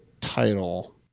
title